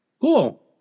Cool